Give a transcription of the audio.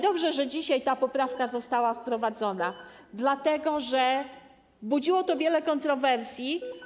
Dobrze, że dzisiaj ta poprawka została wprowadzona, dlatego że budziło to wiele kontrowersji.